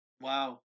wow